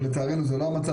אבל לצערנו זה לא המצב,